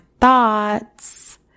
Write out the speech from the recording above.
thoughts